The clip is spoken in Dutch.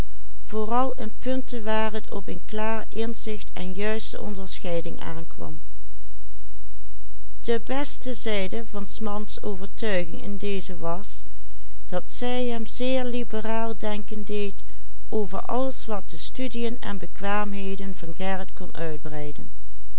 inzicht en juiste onderscheiding aankwam de beste zijde van s mans overtuiging in dezen was dat zij hem zeer liberaal denken deed over alles wat de studiën en bekwaamheden van gerrit kon uitbreiden